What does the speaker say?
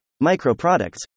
micro-products